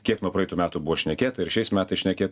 kiek nuo praeitų metų buvo šnekėta ir šiais metais šnekėta